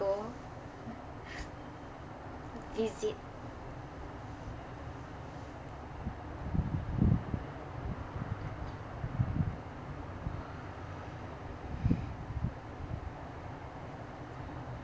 go visit